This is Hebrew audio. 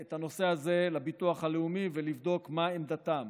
את הנושא הזה לביטוח הלאומי ולבדוק מה עמדתם.